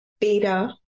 beta